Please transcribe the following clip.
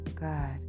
God